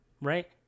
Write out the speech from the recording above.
Right